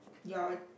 your